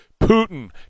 Putin